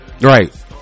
right